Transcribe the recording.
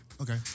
Okay